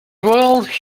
world